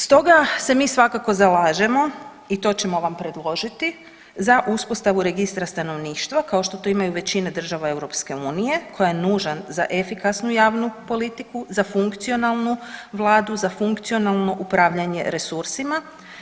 Stoga se mi svakako zalažemo i to ćemo vam predložiti za uspostavu registra stanovništva, kao što to imaju većine država EU koja je nužan za efikasnu javnu politiku, za funkcionalnu vladu, za funkcionalno upravljanje resursima.